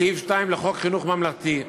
סעיף 2 לחוק חינוך ממלכתי,